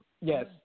Yes